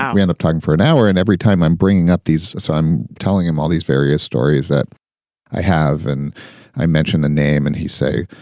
we end up talking for an hour and every time i'm bringing up these. so i'm telling him all these various stories that i have and i mentioned the name and he say,